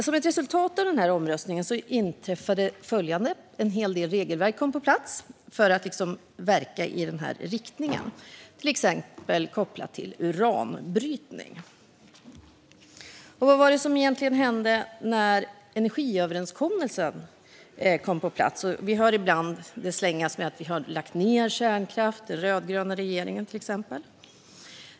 Som ett resultat av omröstningen kom en hel del regelverk på plats för att verka i resultatets riktning, till exempel sådant som är kopplat till uranbrytning. Vad var det egentligen som hände när energiöverenskommelsen kom på plats? Vi hör ju ibland slängar om att den rödgröna regeringen har lagt ned kärnkraft.